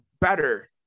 better